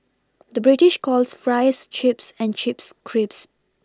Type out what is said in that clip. the British calls Fries Chips and Chips crips Crisps